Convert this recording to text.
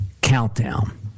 countdown